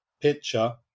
picture